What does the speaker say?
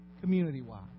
community-wide